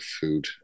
food